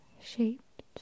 shaped